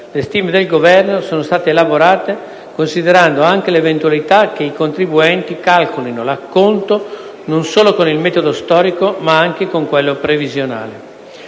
le stime del Governo sono state elaborate considerando anche l’eventualita che i contribuenti calcolino l’acconto non solo con il metodo storico, ma anche con quello previsionale;